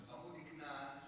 חמודי כנעאן,